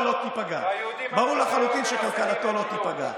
ברור לחלוטין שכלכלתו לא תיפגע.